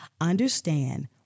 Understand